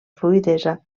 fluïdesa